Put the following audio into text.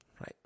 right